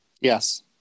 Yes